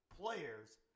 players